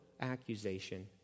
accusation